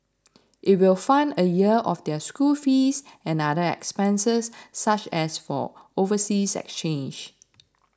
it will fund a year of their school fees and other expenses such as for overseas exchanges